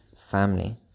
family